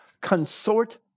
consort